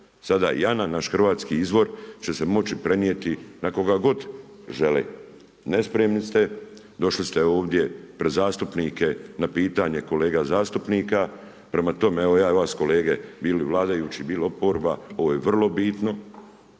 Sada Jana, naš hrvatski izvor će se moći prenijeti na koga god žele. Nespremni ste, došli ste ovdje pred zastupnike na pitanje kolega zastupnika. Prema tome evo ja vas kolege, bili vladajući, bili oporba, ovo je vrlo bitno,